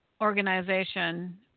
organization